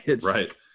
Right